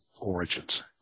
origins